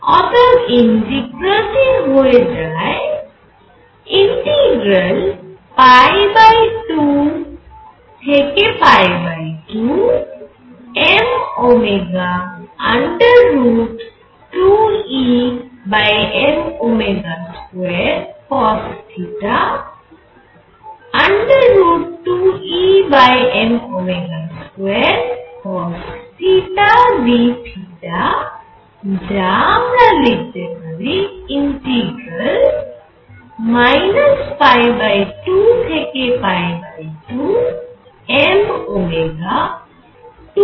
অতএব ইন্টিগ্রালটি হয়ে যায় 2 থেকে 2 mω2Em2 cosθ2Em2 cosθ dθ যা আমি লিখতে পারি 2 থেকে 2 mω2Em2θdθ